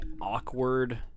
awkward